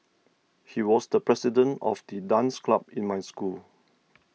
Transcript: he was the president of the dance club in my school